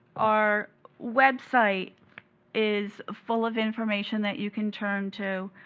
our website is full of information that you can turn to,